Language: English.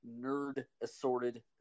nerd-assorted